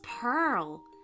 pearl